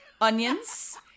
onions